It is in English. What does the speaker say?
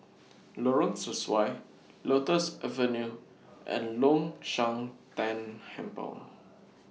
Lorong Sesuai Lotus Avenue and Long Shan Tan Hempel